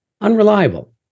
unreliable